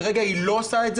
כרגע היא לא עושה את זה